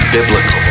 Biblical